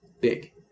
big